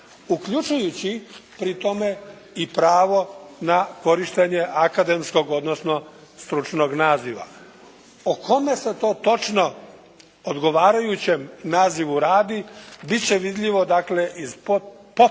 uključujući pri tome i pravo na korištenje akademskog, odnosno stručnog naziva. O kome se to točno odgovarajućem nazivu radi bit će vidljivo dakle